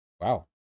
Wow